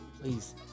Please